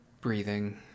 breathing